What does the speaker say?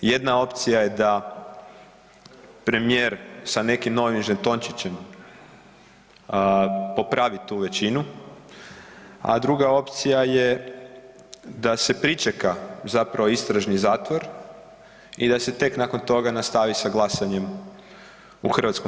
Jedna opcija je da premijer sa nekim novim žetončićem popravi tu većinu, a druga opcija je da se pričeka zapravo istražni zatvor i da se tek nakon toga nastavi sa glasanjem u HS.